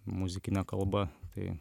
muzikine kalba tai